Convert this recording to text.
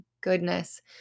goodness